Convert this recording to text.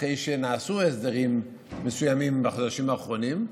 אחרי שנעשו הסדרים מסוימים בחודשים האחרונים,